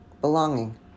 Belonging